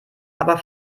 aber